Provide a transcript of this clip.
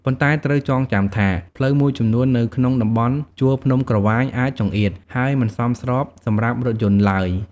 ប៉ុន្តែត្រូវចងចាំថា ផ្លូវមួយចំនួននៅក្នុងតំបន់ជួរភ្នំក្រវាញអាចចង្អៀត ហើយមិនសមស្របសម្រាប់រថយន្តឡើយ។